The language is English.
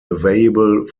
available